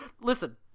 Listen